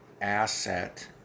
asset